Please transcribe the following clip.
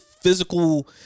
physical